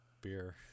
beer